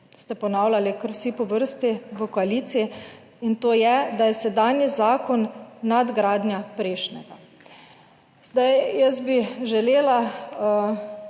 ste ponavljali kar vsi po vrsti v koaliciji in to je, da je sedanji zakon nadgradnja prejšnjega. Zdaj, jaz bi želela,